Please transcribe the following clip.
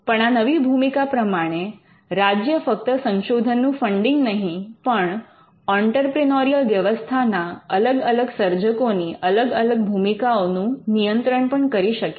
પણ આ નવી ભૂમિકા પ્રમાણે રાજ્ય ફક્ત સંશોધનનું ફંડિંગ નહીં પણ ઑંટરપ્રિનોરિયલ વ્યવસ્થાના અલગ અલગ સર્જકોની અલગ અલગ ભૂમિકાઓનું નિયંત્રણ પણ કરી શકે છે